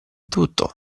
tutto